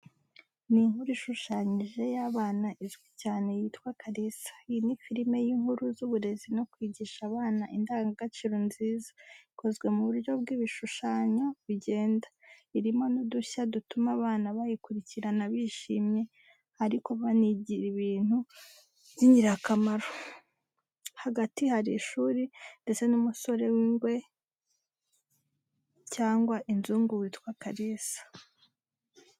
Ni inkuru ishushanyije y’abana izwi cyane yitwa Kalisa, iyi ni filime y’inkuru z’uburezi no kwigisha abana indangagaciro nziza, ikozwe mu buryo bw'ibishushanyo bigenda. Irimo n’udushya dutuma abana bayikurikirana bishimye ariko banigira ibintu by’ingirakamaro. Hagati hari ishuri ndetse n'umusore w'ingwe cyangwa inzungu witwa Kalisa.